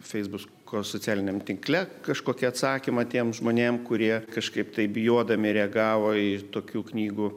feisbuko socialiniam tinkle kažkokį atsakymą tiem žmonėm kurie kažkaip taip bijodami reagavo į tokių knygų